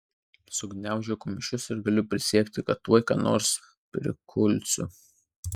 sugniaužiu kumščius ir galiu prisiekti kad tuoj ką nors prikulsiu